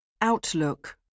Outlook